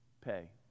Pay